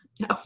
No